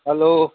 hello